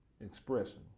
expression